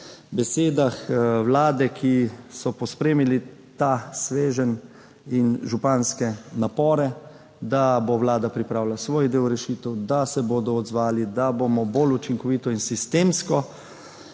besedah vlade, ki so pospremile ta sveženj in županske napore, da bo vlada pripravila svoj del rešitev, da se bodo odzvali, da bomo bolj učinkovito in sistemsko